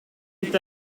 est